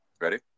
Ready